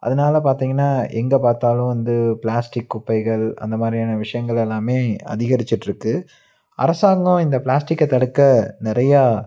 அதனால் பார்த்தீங்கன்னா எங்கே பார்த்தாலும் வந்து பிளாஸ்டிக் குப்பைகள் அந்த மாதிரியான விஷயங்கள் எல்லாமே அதிகரிச்சிகிட்டுருக்குது அரசாங்கம் இந்த பிளாஸ்டிக்கை தடுக்க நிறைய